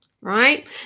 Right